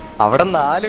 oven and